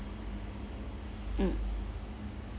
mm